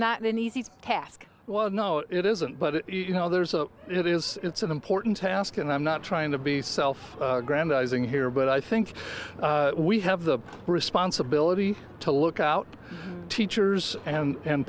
not an easy task well no it isn't but you know there's a it is it's an important task and i'm not trying to be self aggrandizing here but i think we have the responsibility to look out teachers and